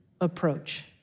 approach